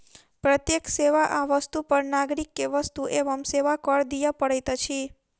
प्रत्येक सेवा आ वस्तु पर नागरिक के वस्तु एवं सेवा कर दिअ पड़ैत अछि